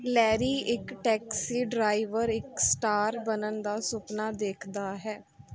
Larry ਇੱਕ taxi driver ਇੱਕ star ਬਣਨ ਦਾ ਸੁਪਨਾ ਦੇਖਦਾ ਹੈ